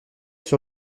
sur